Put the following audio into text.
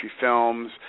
films